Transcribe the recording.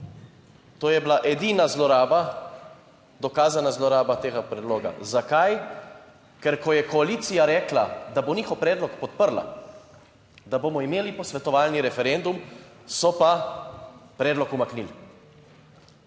To je bila edina zloraba, dokazana zloraba tega predloga. Zakaj? Ker, ko je koalicija rekla, da bo njihov predlog podprla, da bomo imeli posvetovalni referendum, so pa predlog umaknili.